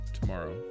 Tomorrow